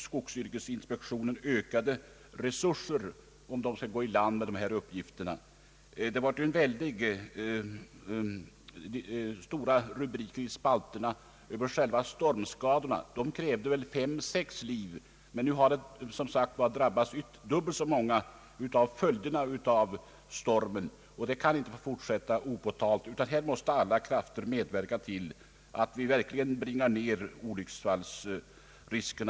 Skogsyrkesinspektionen torde behöva ökade resurser, om den skall klara en sådan uppgift. Det blev väldigt stora rubriker i spalterna med anledning av att själva stormarna krävde fem eller sex människoliv. Nu har dubbelt så många drabbats av stormens följder. Detta kan inte få fortsätta opåtalt. Här måste alla krafter medverka till att nedbringa olycksfallsriskerna.